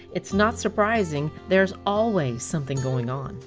it's not surprising there's always something going on.